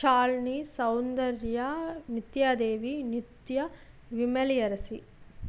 Shalini Soundarya Nithyadevi Nithya Vimaliarasi